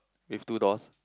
with two doors